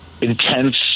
intense